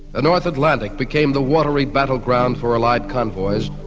and north atlantic became the watery battleground for allied convoys,